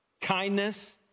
kindness